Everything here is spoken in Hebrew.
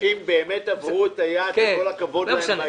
באמת עברו את היעד וכל הכבוד להן.